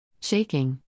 Shaking